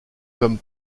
comme